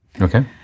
Okay